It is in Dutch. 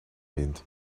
wind